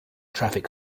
traffic